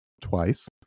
twice